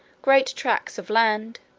great tracts of land,